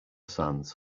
sands